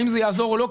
האם זה יעזור או לא,